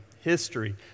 history